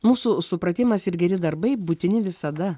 mūsų supratimas ir geri darbai būtini visada